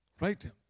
Right